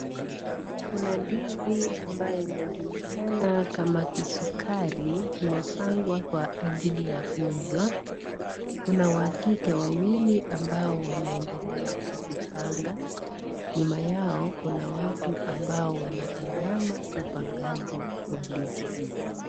Kuna ndizi ambayo imejulikana kama kisukari imepangwa kwa ajili ya kuuuzwa, kuna wa kike wawili ambao wanaendelea kuzipanga nyuma yao kuna watu ambao wanatazama upangaji wa ndizi hizi.